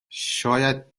شاید